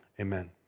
Amen